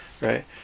right